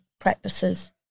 practices